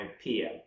PM